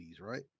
right